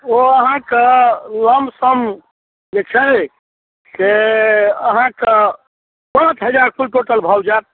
ओ अहाँके लम सम जे छै से अहाँके पाँच हजार कुल टोटल भऽ जायत